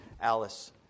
Alice